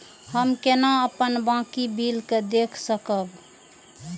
हम केना अपन बाकी बिल के देख सकब?